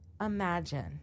imagine